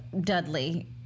dudley